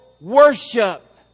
worship